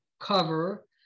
cover